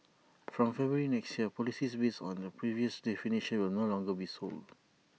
from February next year policies based on the previous definitions will no longer be sold